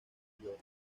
york